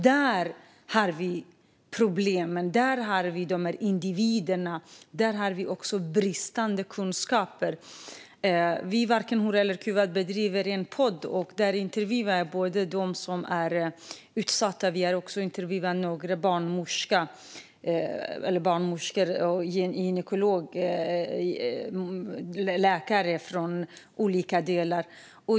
Där har vi bristande kunskaper. Vi i Varken hora eller kuvad bedriver en podd där vi intervjuar såväl utsatta personer som barnmorskor, gynekologer och läkare från olika delar.